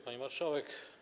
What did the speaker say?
Pani Marszałek!